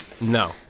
no